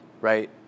right